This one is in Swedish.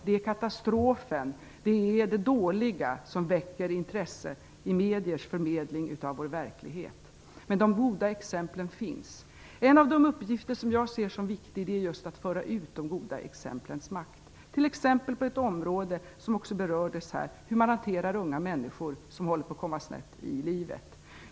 Det är katastrofen och det dåliga som väcker intresse i mediernas förmedling av vår verklighet. Men de goda exemplen finns. Den av de uppgifter som jag ser som viktig är just att föra ut budskapet om de goda exemplens makt. Det gäller t.ex. på ett område som berördes här, nämligen hur man hanterar unga människor som håller på att komma snett i livet.